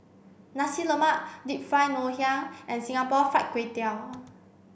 Nasi Lemak Deep Fried Ngoh Hiang and Singapore Fried Kway Tiao